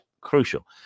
crucial